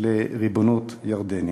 לריבונות ירדנית.